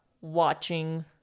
watching